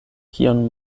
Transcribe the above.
kion